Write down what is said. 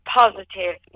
positive